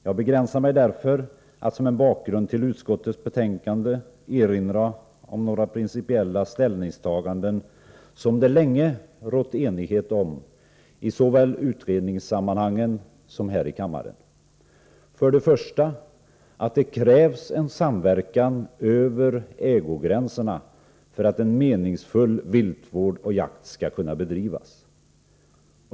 Jag begränsar mig därför till att som en bakgrund till utskottets betänkande erinra om några principiella ställningstaganden som det länge rått enighet om såväl i utredningssammanhang som här i kammaren. För det första krävs det en samverkan över ägogränserna för att en meningsfull viltvård och jakt skall kunna bedrivas.